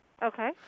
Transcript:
Okay